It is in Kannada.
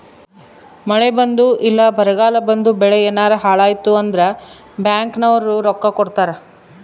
ಮಳೆ ಬಂದು ಇಲ್ಲ ಬರಗಾಲ ಬಂದು ಬೆಳೆ ಯೆನಾರ ಹಾಳಾಯ್ತು ಅಂದ್ರ ಬ್ಯಾಂಕ್ ನವ್ರು ರೊಕ್ಕ ಕೊಡ್ತಾರ